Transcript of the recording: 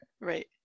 Right